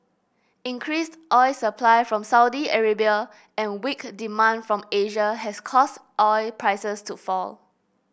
increased oil supply from Saudi Arabia and weak demand from Asia has caused oil prices to fall